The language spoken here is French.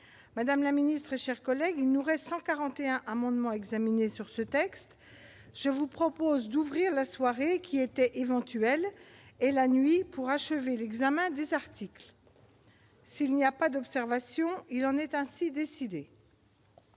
Madame la ministre, mes chers collègues, il nous reste 141 amendements à examiner sur ce texte. Je vous propose d'ouvrir la soirée, qui était éventuelle, et la nuit, pour achever l'examen des articles. Il n'y a pas d'observation ?... Il en est ainsi décidé.